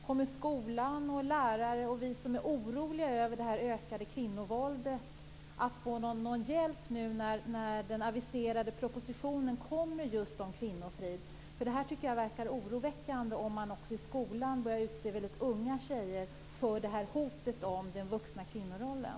Kommer skolan, lärarna och vi som är oroliga över det ökade kvinnovåldet att få någon hjälp när den aviserade propositionen om kvinnofrid läggs fram? Jag tycker att det är oroväckande att man även i skolan börjar utsätta väldigt unga tjejer för hotet om den vuxna kvinnorollen.